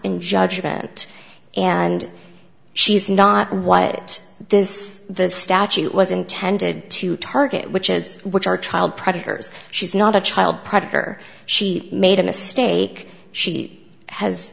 in judgment and she's not what this the statute was intended to target which is which are child predators she's not a child predator she made a mistake she has